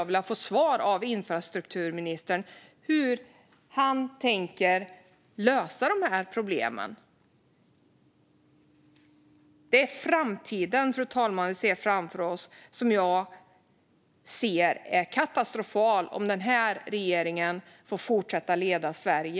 Hur har infrastrukturministern tänkt lösa dessa problem? Jag ser en katastrofal framtid framför mig när det gäller infrastrukturen om denna regering får fortsätta leda Sverige.